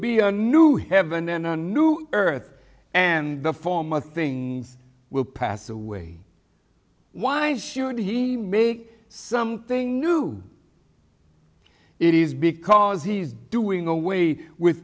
be a new heaven and a new earth and the former things will pass away why should he make something new it is because he is doing away with